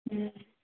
మ్మ్